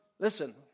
Listen